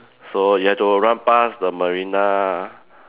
so you had to run pass the Marina